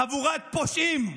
חבורת פושעים.